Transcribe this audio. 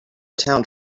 town